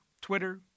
Twitter